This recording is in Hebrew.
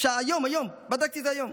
היום, היום, בדקתי את זה היום.